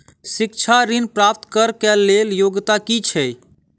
शिक्षा ऋण प्राप्त करऽ कऽ लेल योग्यता की छई?